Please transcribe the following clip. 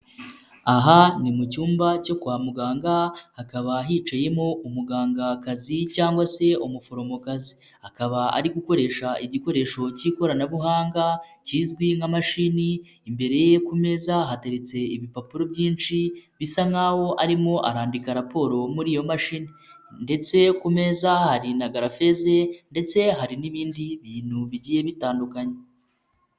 Aha ni mu cyumba cyo kwa muganga hakaba hicayemo umugangakazi cyangwa se umuforomokazi, akaba ari gukoresha igikoresho cy'ikoranabuhanga kizwi nka mashini, imbere ye ku meza hateretse ibipapuro byinshi bisa nkaho arimo arandika raporo muri iyo mashini ndetse ku meza hari na garafeze ndetse hari n'ibindi bintu bigiye bitandukanye.